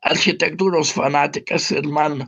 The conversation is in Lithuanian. architektūros fanatikas ir man